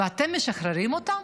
ואתם משחררים אותם